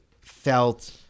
felt